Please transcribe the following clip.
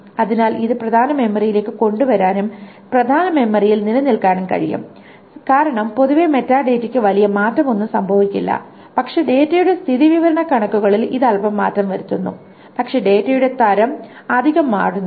അതിനാൽ ഇത് പ്രധാന മെമ്മറിയിലേക്ക് കൊണ്ടുവരാനും പ്രധാന മെമ്മറിയിൽ നിലനിൽക്കാനും കഴിയും കാരണം പൊതുവെ മെറ്റാഡാറ്റയ്ക്ക് വലിയ മാറ്റമൊന്നും സംഭവിക്കില്ല പക്ഷേ ഡാറ്റയുടെ സ്ഥിതിവിവരക്കണക്കുകളിൽ ഇത് അൽപ്പം മാറ്റം വരുത്തുന്നു പക്ഷേ ഡാറ്റയുടെ തരം അധികം മാറുന്നില്ല